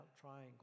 triangle